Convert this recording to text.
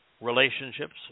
Relationships